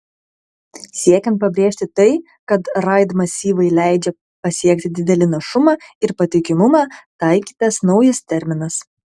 siekiant pabrėžti tai kad raid masyvai leidžia pasiekti didelį našumą ir patikimumą taikytas naujas terminas